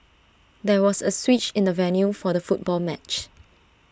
there was A switch in the venue for the football match